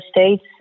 states